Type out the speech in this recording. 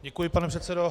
Děkuji, pane předsedo.